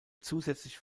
zusätzlich